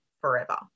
forever